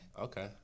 Okay